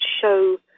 show